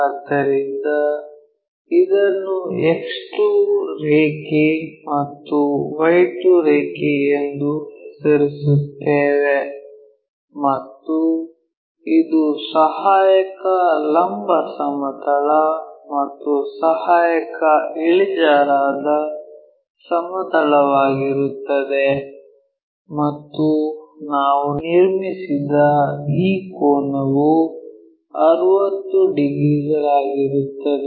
ಆದ್ದರಿಂದ ಇದನ್ನು X2 ರೇಖೆ ಮತ್ತು Y2 ರೇಖೆ ಎಂದು ಹೆಸರಿಸುತ್ತೇವೆ ಮತ್ತು ಇದು ಸಹಾಯಕ ಲಂಬ ಸಮತಲ ಮತ್ತು ಸಹಾಯಕ ಇಳಿಜಾರಾದ ಸಮತಲವಾಗಿರುತ್ತದೆ ಮತ್ತು ನಾವು ನಿರ್ಮಿಸಿದ ಈ ಕೋನವು 60 ಡಿಗ್ರಿಗಳಾಗಿರುತ್ತದೆ